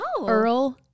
Earl